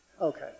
Okay